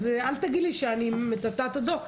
אז אל תגיד לי שאני מטאטאה את הדו"ח,